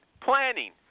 planning